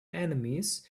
enemies